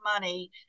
money